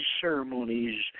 ceremonies